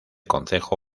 concejo